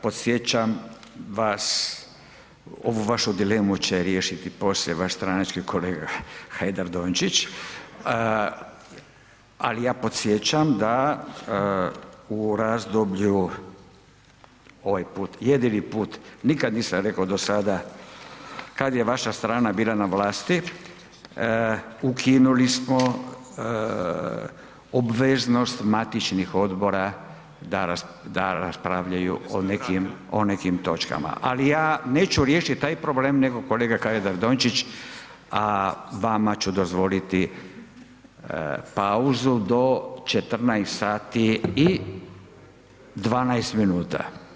Podsjećam vas, ovu vašu dilemu će riješiti poslije vaš stranački kolega Hajdaš Dončić, ali ja podsjećam da u razdoblju, ovaj put jedini put, nikad nisam rekao do sada kad je vaša strana bila na vlasti, ukinuli smo obveznost matičnih odbora da raspravljaju o nekim točkama, ali ja neću riješit taj problem, nego kolega Hajdaš Dončić, a vama ću dozvoliti pauzu do 14 sati i 12 minuta.